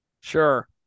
Sure